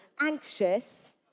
anxious